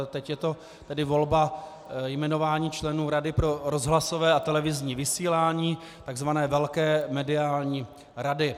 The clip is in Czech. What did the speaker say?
Teď je to tedy volba, jmenování členů Rady pro rozhlasové a televizní vysílání, tzv. velké mediální rady.